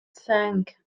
sank